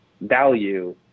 value